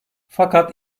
fakat